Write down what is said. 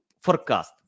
forecast